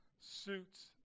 suits